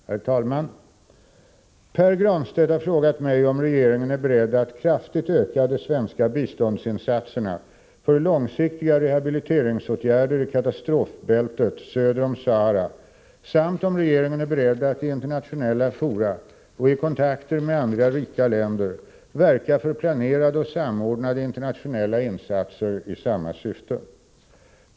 Herr talman! Pär Granstedt har frågat mig om regeringen är beredd att kraftigt öka de svenska biståndsinsatserna för långsiktiga rehabiliteringsåtgärder i katastrofbältet söder om Sahara samt om regeringen är beredd att i internationella fora och i kontakter med andra rika länder verka för planerade och samordnade internationella insatser i samma syfte.